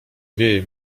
wieje